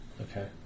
Okay